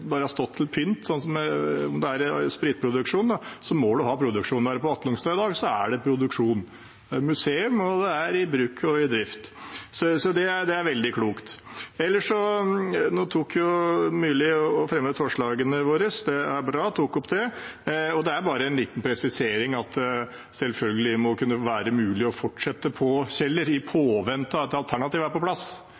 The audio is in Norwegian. stått til pynt. Men når det gjelder spritproduksjon, må man ha produksjon. I dag er det produksjon på Atlungstad Brenneri. Det er et museum, og det er i bruk og i drift. Det er veldig klokt. Ellers tok Myrli opp forslaget vårt. Det er bra. Det er bare en liten presisering av at selvfølgelig må det kunne være mulig å fortsette på Kjeller i påvente av at et alternativ er på